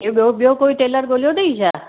ॿियो ॿियो कोई टेलर ॻोल्हियो अथई छा